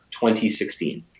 2016